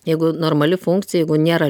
jeigu normali funkcija jeigu nėra